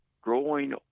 growing